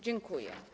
Dziękuję.